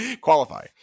Qualify